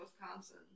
Wisconsin